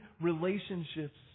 relationships